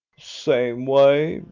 same way,